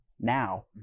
now